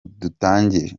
dutangire